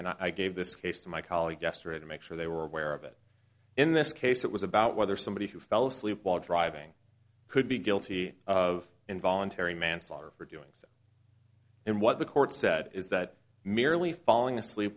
and i gave this case to my colleagues yesterday to make sure they were aware of it in this case it was about whether somebody who fell asleep while driving could be guilty of involuntary manslaughter for doing and what the court said is that merely falling asleep